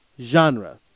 genre